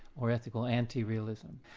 or ethical anti-realism.